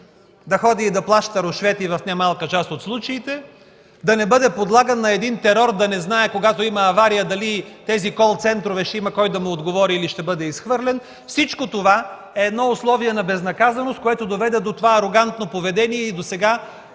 с месеци, да плаща рушвети в немалка част от случаите; да не бъде подлаган на терор – да не знае, когато има авария, дали в тези кол центрове ще има кой да му отговори, или ще бъде изхвърлен? Всичко това е условие за безнаказаност, което доведе до това арогантно поведение и до